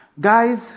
Guys